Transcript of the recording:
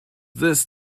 this